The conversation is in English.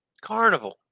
Carnival